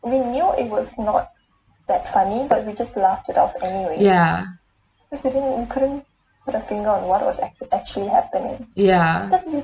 ya ya